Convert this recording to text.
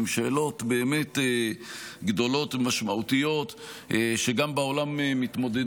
שאלות באמת גדולות ומשמעותיות שגם בעולם מתמודדים